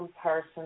person